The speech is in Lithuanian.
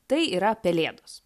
tai yra pelėdos